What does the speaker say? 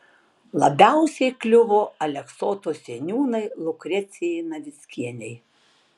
labiausiai kliuvo aleksoto seniūnei liukrecijai navickienei